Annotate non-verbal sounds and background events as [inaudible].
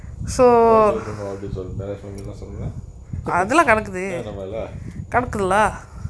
why they don't know all is all மேல சோகமில்ல சொல்லல:maela sogamilla sollala [laughs] no my lah